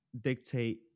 dictate